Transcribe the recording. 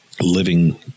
living